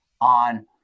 on